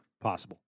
possible